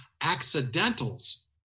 accidentals